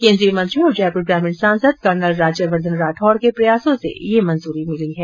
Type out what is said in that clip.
केन्द्रीय मंत्री और जयपुर ग्रामीण सांसद कर्नल राज्यवर्द्वन राठौड़ के प्रयासों से ये मंजूरी मिली है